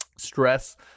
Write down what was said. stress